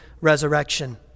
resurrection